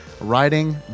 riding